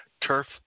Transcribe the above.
turf